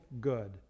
good